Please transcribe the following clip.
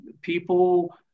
People